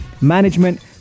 management